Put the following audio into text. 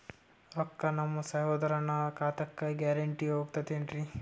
ರೊಕ್ಕ ನಮ್ಮಸಹೋದರನ ಖಾತಕ್ಕ ಗ್ಯಾರಂಟಿ ಹೊಗುತೇನ್ರಿ?